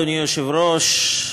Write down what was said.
אדוני היושב-ראש,